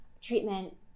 treatment